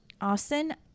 Austin